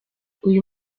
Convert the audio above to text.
uyu